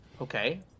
Okay